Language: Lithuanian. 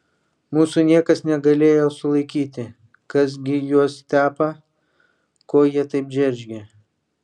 mūsų niekas negalėjo sulaikyti kas gi juos tepa ko jie taip džeržgia